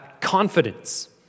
confidence